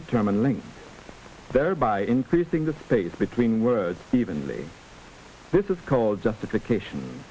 determined link thereby increasing the space between words even lee this is called justification